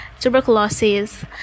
tuberculosis